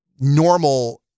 normal